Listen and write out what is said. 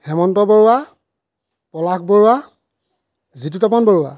Hemanta Barua Palash Barua Jitu Tapan Barua